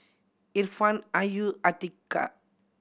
Irfan Ayu Atiqah